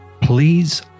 please